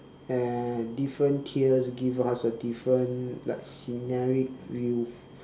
and different tiers give us a different like scenaric view